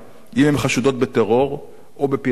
אם הן חשודות בטרור או בפיראטיות,